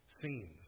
scenes